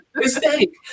mistake